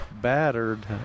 battered